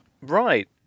Right